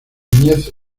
niñez